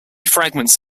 fragments